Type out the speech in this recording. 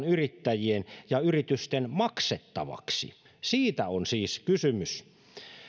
yrittäjien ja yritysten maksettavaksi siitä on siis kysymys